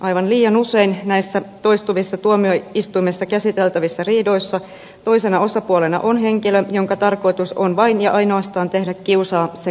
aivan liian usein näissä toistuvissa tuomioistuimessa käsiteltävissä riidoissa toisena osapuolena on henkilö jonka tarkoitus on vain ja ainoastaan tehdä kiusaa sekä kustannuksia